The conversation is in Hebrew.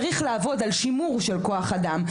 צריך לעבוד על שימור כוח אדם,